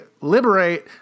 liberate